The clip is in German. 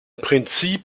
prinzip